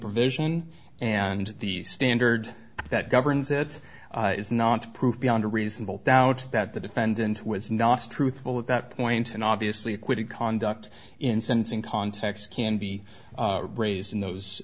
provision and the standard that governs it is not to prove beyond a reasonable doubt that the defendant was not truthful at that point and obviously acquitted conduct in sense in context can be raised in those